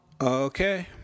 Okay